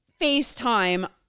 FaceTime